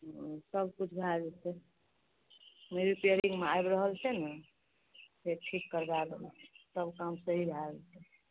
ओ सभकिछु भए जेतै रिपेयरिंगमे आबि रहल छै ने फेर ठीक करवाय देबै सभ काम सही भए जेतै